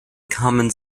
common